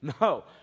No